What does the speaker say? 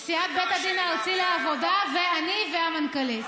נשיאת בית הדין הארצי לעבודה ואני והמנכ"לית.